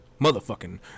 motherfucking